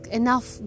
enough